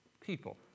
people